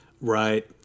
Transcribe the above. Right